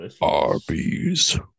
Arby's